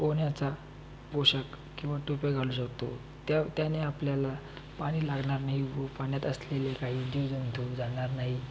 पोहण्याचा पोषाख किंवा टोप्या घालू शकतो त्या त्याने आपल्याला पाणी लागणार नाही व पाण्यात असलेलं काही जीवजंतू जाणार नाही